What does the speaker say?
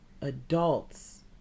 adults